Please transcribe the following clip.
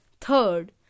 Third